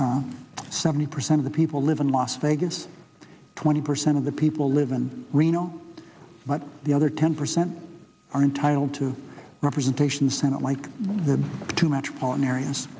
on seventy percent of the people live in las vegas twenty percent of the people live in reno but the other ten percent are entitled to representation senate like the two metropolitan areas